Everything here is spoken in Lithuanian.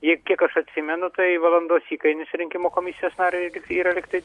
ji kiek aš atsimenu tai valandos įkainis rinkimų komisijos nariui yra lygtai